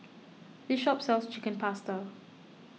this shop sells Chicken Pasta